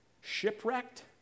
shipwrecked